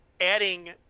adding